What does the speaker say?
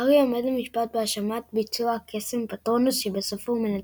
הארי עומד למשפט באשמת ביצוע קסם פטרונוס שבסופו הוא מנצח.